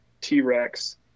T-Rex